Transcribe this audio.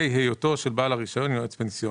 היותו של בעל הרישיון יועץ פנסיוני.